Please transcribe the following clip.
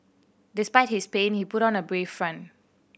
despite his pain he put on a brave front